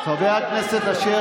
חברת הכנסת גולן, שנייה.